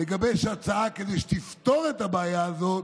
לגבש הצעה שתפתור את הבעיה הזאת,